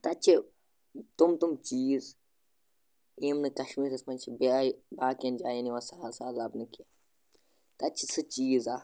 تَتہِ چھِ تِم تِم چیٖز یِم نہٕ کَشمیٖرَس منٛز چھِ بیٛاے باقیَن جایَن یِوان سَہل سَہل لَبنہٕ کیٚنٛہہ تَتہِ چھِ سُہ چیٖز اَکھ